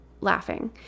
laughing